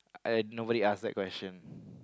and nobody asked that question